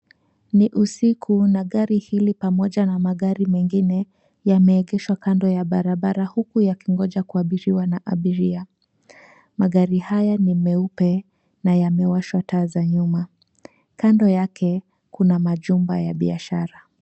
Ni usiku na gari hili pamoja na magari mengine yameegeshwa kando ya barabara huku yakingoja kuabiriiwa na abiria. Magari haya ni meupe na yamewashwa taa za nyuma. Kando yake kuna majumba ya biashara.